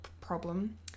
problem